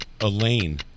Elaine